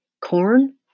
corn